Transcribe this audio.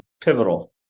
pivotal